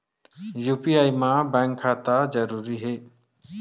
UPI मा bank खाता जरूरी हे?